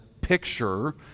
picture